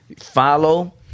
follow